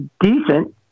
decent